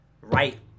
right